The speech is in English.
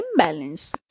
imbalance